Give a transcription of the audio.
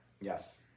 Yes